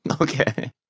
Okay